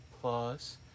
Plus